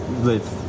live